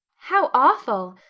how awful!